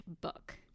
book